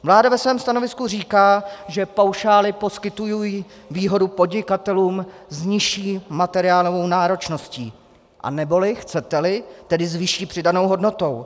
Vláda ve svém stanovisku říká, že paušály poskytují výhodu podnikatelům s nižší materiálovou náročností, anebo chceteli, tedy s vyšší přidanou hodnotou.